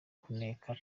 kuneka